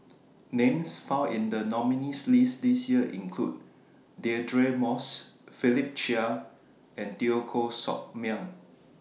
Names found in The nominees' list This Year include Deirdre Moss Philip Chia and Teo Koh Sock Miang